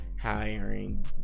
hiring